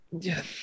yes